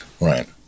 right